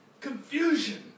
Confusion